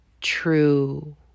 true